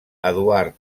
eduard